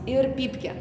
ir pypkė